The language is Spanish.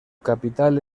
capital